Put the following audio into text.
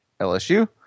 LSU